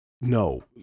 No